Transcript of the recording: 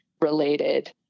related